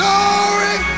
Glory